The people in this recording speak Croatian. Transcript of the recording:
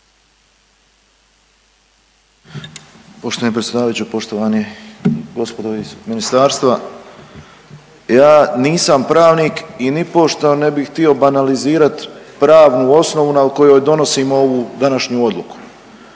Poštovani predsjedavajući, poštovani gospodo iz ministarstva. Ja nisam pravnik i nipošto ne bi htio banalizirat pravnu osnovu na kojoj donosimo ovu današnju odluku.